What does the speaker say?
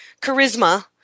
charisma